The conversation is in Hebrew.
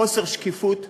חוסר שקיפות טוטלי.